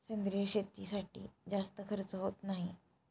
सेंद्रिय शेतीसाठी जास्त खर्च होत नाही